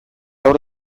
hor